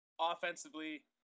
offensively